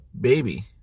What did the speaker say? baby